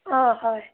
অঁ হয়